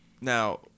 Now